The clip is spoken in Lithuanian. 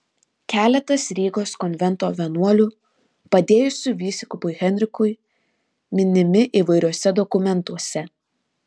keletas rygos konvento vienuolių padėjusių vyskupui henrikui minimi įvairiuose dokumentuose